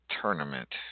tournament